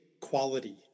quality